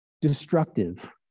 destructive